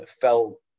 felt